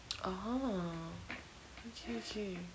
orh ookay ookay